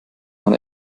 man